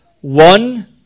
One